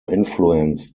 influenced